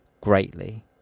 greatly